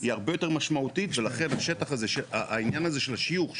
היא הרבה יותר משמעותית ולכן העניין הזה של השיוך,